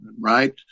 right